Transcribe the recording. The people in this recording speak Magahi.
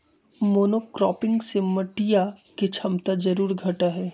मोनोक्रॉपिंग से मटिया के क्षमता जरूर घटा हई